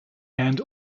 and